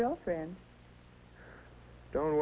girlfriend don't